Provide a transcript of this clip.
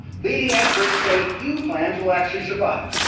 leading experts say few plans will actually survive.